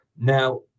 Now